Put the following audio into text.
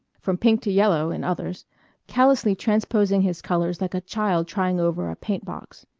from pink to yellow in others callously transposing his colors like a child trying over a paintbox.